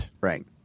right